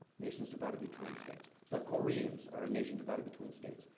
nations divided between states. the koreans are a nation divided between states.